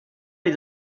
les